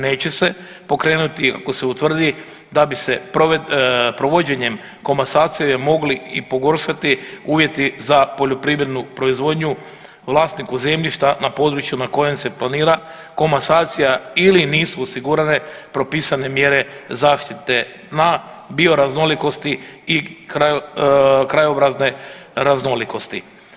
Neće se pokrenuti ako se utvrdi da bi se provođenjem komasacije mogli i pogoršati uvjeti za poljoprivrednu proizvodnju vlasniku zemljišta na području na koje se planira komasacija ili nisu osigurane propisane mjere zaštite na bioraznolikosti i krajobrazne raznolikosti.